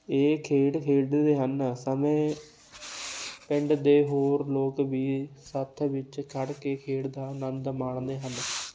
ਇਹ ਖੇਡ ਖੇਡਦੇ ਹਨ ਸਮੇਂ ਪਿੰਡ ਦੇ ਹੋਰ ਲੋਕ ਵੀ ਸੱਥ ਵਿੱਚ ਖੜ੍ਹ ਕੇ ਖੇਡ ਦਾ ਆਨੰਦ ਮਾਣਦੇ ਹਨ